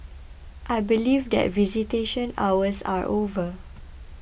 I believe that visitation hours are over